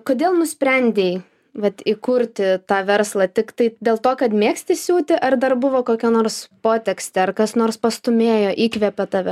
kodėl nusprendei vat įkurti tą verslą tiktai dėl to kad mėgsti siūti ar dar buvo kokia nors potekstė ar kas nors pastūmėjo įkvepė tave